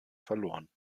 verloren